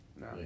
No